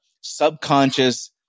subconscious